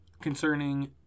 concerning